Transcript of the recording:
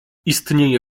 istnieję